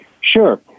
Sure